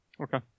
Okay